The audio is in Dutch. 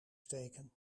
steken